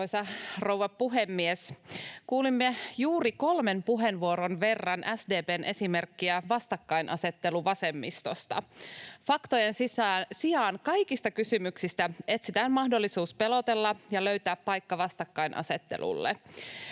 Arvoisa rouva puhemies! Kuulimme juuri kolmen puheenvuoron verran SDP:n esimerkkiä vastakkainasetteluvasemmistosta. Faktojen sijaan kaikista kysymyksistä etsitään mahdollisuus pelotella ja löytää paikka vastakkainasettelulle.